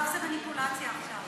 אתה עושה מניפולציה עכשיו.